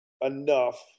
enough